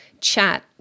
chat